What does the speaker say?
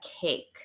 cake